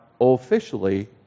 officially